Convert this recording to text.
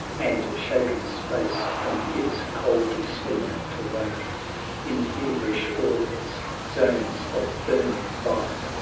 and shaken space from its cold sleep to wake in feverish orbits, zones of burning life!